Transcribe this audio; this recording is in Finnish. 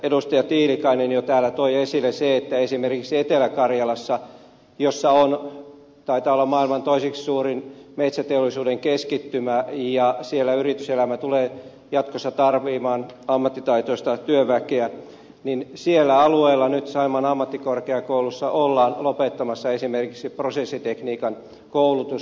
edustaja tiilikainen jo täällä toi esille sen että esimerkiksi etelä karjalassa on taitaa olla maailman toiseksi suurin metsäteollisuuden keskittymä ja siellä yrityselämä tulee jatkossa tarvitsemaan ammattitaitoista työväkeä ja siellä alueella nyt saimaan ammattikorkeakoulussa ollaan lopettamassa esimerkiksi prosessitekniikan koulutus